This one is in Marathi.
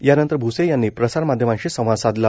यानंतर भ्से यांनी प्रसारमाध्यमांशी संवाद साधला